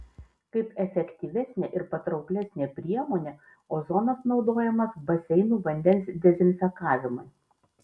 kaip efektyvesnė ir patrauklesnė priemonė ozonas naudojamas baseinų vandens dezinfekavimui